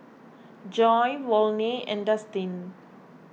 Joy Volney and Dustin